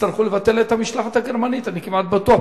יצטרכו לבטל את המשלחת הגרמנית, אני כמעט בטוח.